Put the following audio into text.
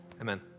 Amen